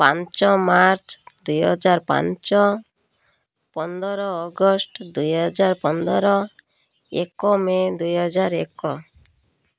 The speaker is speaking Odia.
ପାଞ୍ଚ ମାର୍ଚ୍ଚ ଦୁଇହଜାର ପାଞ୍ଚ ପନ୍ଦର ଅଗଷ୍ଟ ଦୁଇହଜାର ପନ୍ଦର ଏକ ମେ ଦୁଇହଜାର ଏକ